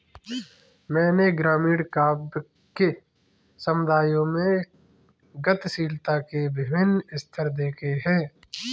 मैंने ग्रामीण काव्य कि समुदायों में गतिशीलता के विभिन्न स्तर देखे हैं